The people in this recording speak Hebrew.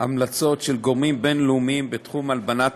המלצות של גורמים בין-לאומיים בתחום הלבנת